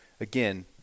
again